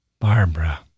Barbara